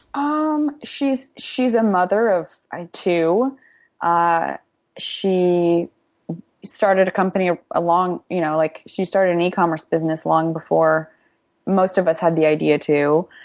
um she's she's a mother of ah two. ah she started a company ah a long you know, like she started an e-commerce business long before most of us had the idea to.